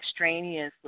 extraneously